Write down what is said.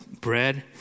bread